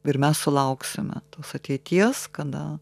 ir mes sulauksime tos ateities kada